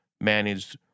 managed